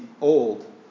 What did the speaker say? old